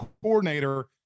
coordinator